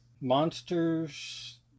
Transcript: Monsters